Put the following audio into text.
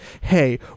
hey